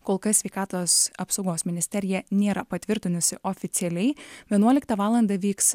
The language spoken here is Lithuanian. kol kas sveikatos apsaugos ministerija nėra patvirtinusi oficialiai vienuoliktą valandą vyks